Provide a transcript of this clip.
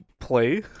play